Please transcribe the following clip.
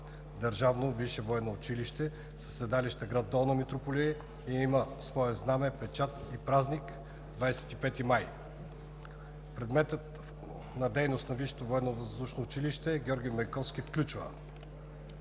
държавно висше военно училище, със седалище в град Долна Митрополия, и има свое знаме, печат и празник – 25 май. 3. Предметът на дейност на Висшето военновъздушно училище „Георги Бенковски“ включва: